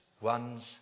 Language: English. one's